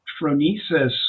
phronesis